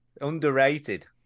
Underrated